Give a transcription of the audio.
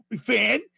fan